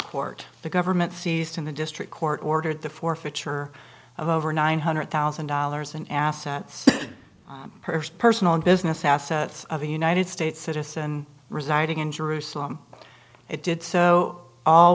court the government seized in the district court ordered the forfeiture of over nine hundred thousand dollars in assets hirst personal and business assets of the united states citizen residing in jerusalem it did so all